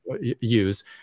use